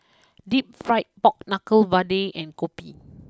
deep Fried Pork Knuckle Vadai and Kopi